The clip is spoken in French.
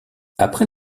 après